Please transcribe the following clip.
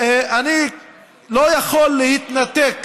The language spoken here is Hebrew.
אני לא יכול להתנתק